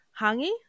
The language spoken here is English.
hangi